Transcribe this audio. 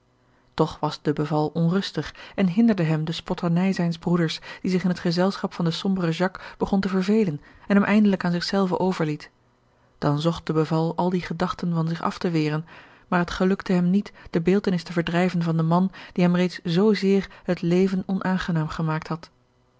toch was de beval onrustig en hinderde hem de spotternij zijns broeders die zich in het gezelschap van den somberen jacques george een ongeluksvogel begon te vervelen en hem eindelijk aan zich zelven overliet dan zocht de beval al die gedachten van zich af te weren maar het gelukte hem niet de beeldtenis te verdrijven van den man die hem reeds zoo zeer het leven onaangenaam gemaakt had